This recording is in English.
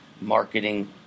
marketing